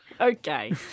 Okay